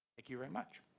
thank you very much.